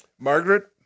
Margaret